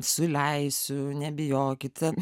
suleisiu nebijokite